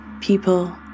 people